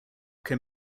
can